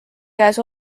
käes